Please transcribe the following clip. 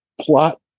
plot